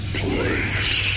place